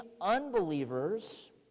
unbelievers